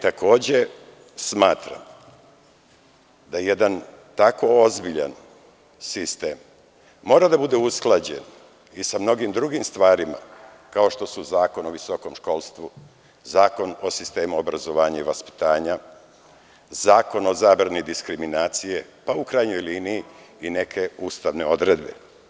Takođe, smatram da jedan tako ozbiljan sistem mora da bude usklađen i sa mnogim drugim stvarima kao što su Zakon o visokom školstvu, Zakon o sistemu obrazovanja i vaspitanja, Zakon o zabrani diskriminacije, pa u krajnjoj liniji i neke ustavne odredbe.